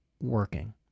working